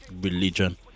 religion